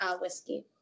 whiskey